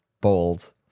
bold